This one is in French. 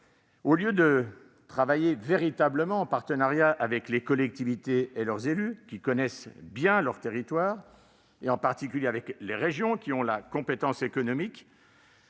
Au lieu de véritablement travailler en partenariat avec les collectivités et leurs élus, qui connaissent bien leur territoire, en particulier avec les régions qui ont la compétence économique